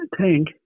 tank